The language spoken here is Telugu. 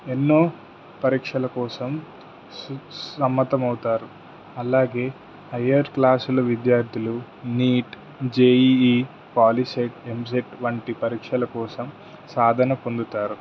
ఎన్నో పరీక్షల కోసం సమ్మతమవుతారు అలాగే హయర్ క్లాసుల విద్యార్థులు నీట్ జెఈఈ పాలిసెట్ ఎంసెట్ వంటి పరీక్షల కోసం సాధన పొందుతారు